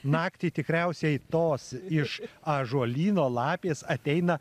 naktį tikriausiai tos iš ąžuolyno lapės ateina